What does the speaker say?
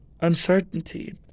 uncertainty